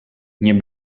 nie